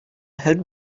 had